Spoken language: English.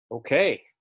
Okay